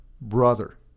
brother